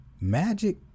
Magic